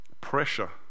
pressure